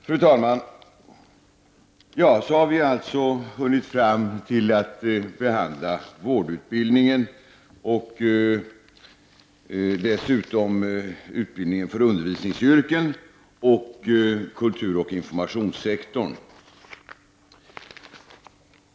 Fru talman! Så har vi alltså hunnit fram till att behandla vårdutbildningen och dessutom utbildningen för undervisningsyrken och kulturoch informationssektorn.